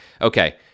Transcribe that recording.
Okay